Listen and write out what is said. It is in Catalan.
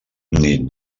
nit